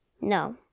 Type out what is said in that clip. No